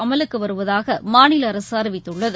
அமலுக்குவருவதாகமாநிலஅரசுஅறிவித்துள்ளது